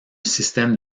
système